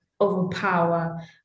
overpower